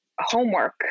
homework